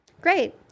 Great